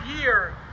year